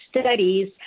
studies